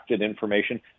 information